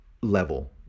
level